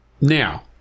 now